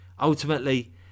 ultimately